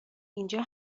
اینجا